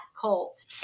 cult